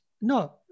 No